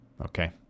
Okay